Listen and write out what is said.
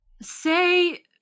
say